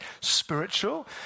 spiritual